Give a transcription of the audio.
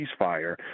ceasefire